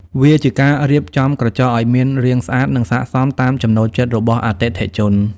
វាជាការរៀបចំក្រចកឱ្យមានរាងស្អាត និងស័ក្តិសមតាមចំណូលចិត្តរបស់អតិថិជន។